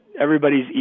everybody's